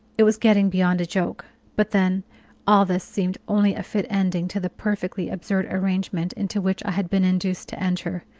it was getting beyond a joke but then all this seemed only a fit ending to the perfectly absurd arrangement into which i had been induced to enter.